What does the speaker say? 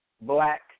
Black